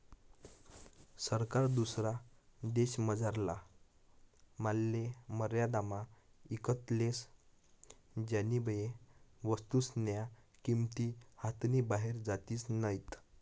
सरकार दुसरा देशमझारला मालले मर्यादामा ईकत लेस ज्यानीबये वस्तूस्न्या किंमती हातनी बाहेर जातीस नैत